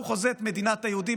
הוא חוזה את מדינת היהודים,